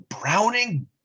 browning